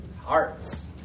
Hearts